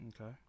Okay